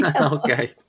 Okay